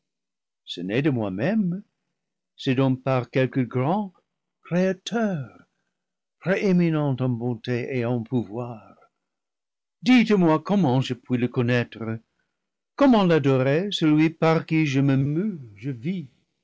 ce n'est de moi-même c'est donc par quelque grand créateur prééminent en bonté et en pou voir dites-moi comment je puis le connaître comment l'a dorer celui par qui je me meus je vis